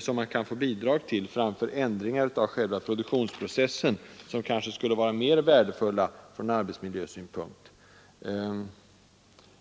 som man kan få bidrag till, framför ändringar av själva produktionsprocessen, vilka kanske skulle vara mer värdefulla från arbetsmiljösynpunkt.